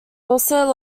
also